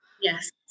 yes